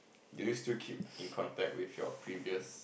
do you still keep in contact with your previous